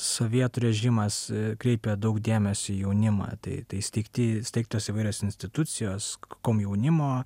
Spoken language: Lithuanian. sovietų režimas kreipė daug dėmesio į jaunimą tai tai steigti steigtos įvairios institucijos komjaunimo